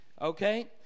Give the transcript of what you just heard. Okay